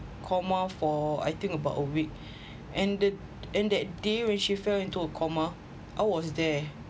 coma for I think about a week and that and that day when she fell into a coma I was there